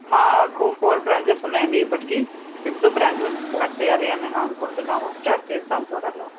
మాకు four branches ఉన్నాయండి ఇప్పటికీ ఫిఫ్త్ బ్రాంచ్ కూడా స్టార్ట్ చెయ్యాలి అని అనుకుంటున్నాము స్టార్ట్ చేస్తాం త్వరలో